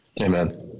Amen